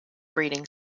breeding